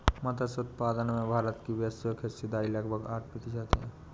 मत्स्य उत्पादन में भारत की वैश्विक हिस्सेदारी लगभग आठ प्रतिशत है